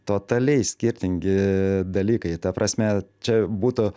totaliai skirtingi dalykai ta prasme čia būtų